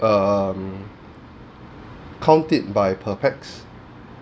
um count it by per pax